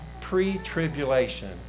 pre-tribulation